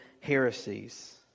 heresies